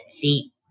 feet